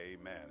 Amen